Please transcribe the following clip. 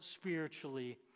spiritually